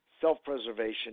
self-preservation